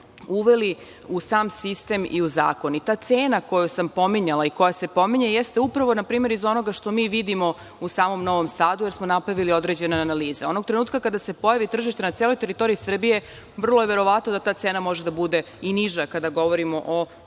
uveli u sam sistem i u zakon. Ta cena koju sam pominjala i koja se pominje, jeste upravo npr. iz onoga što mi vidimo u Samom Novom Sadu, onda smo napravili određene analize. Onog trenutka kada se pojavi tržište na celoj teritoriji Srbije, verovatno da ta cena može da bude i niža, kada govorimo o